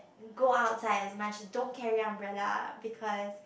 and go outside as much don't carry umbrella because